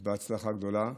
אז בהצלחה גדולה.